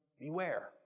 beware